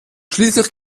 schließlich